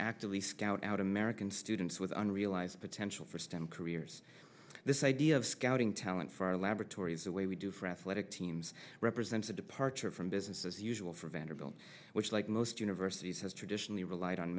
actively scout out american students with unrealized potential for stem careers this idea of scouting talent for laboratories the way we do for athletic teams represents a departure from business as usual for vanderbilt which like most universities has traditionally relied on